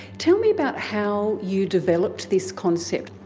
tell me about how you developed this concept?